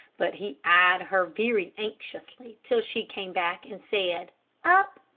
but he eyed her very anxiously till she came back and said, up,